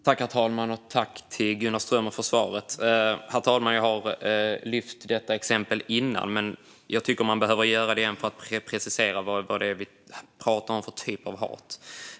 Herr talman! Jag har lyft fram detta exempel tidigare, men jag tycker att man behöver göra det igen för att precisera vilken typ av hat vi pratar om.